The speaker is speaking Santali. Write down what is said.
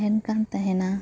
ᱛᱟᱦᱮᱱ ᱠᱟᱱ ᱛᱟᱦᱮᱱᱟ